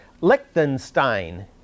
Liechtenstein